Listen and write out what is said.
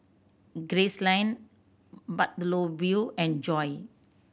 Gracelyn Bartholomew and Joye